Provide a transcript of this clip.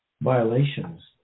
violations